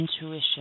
intuition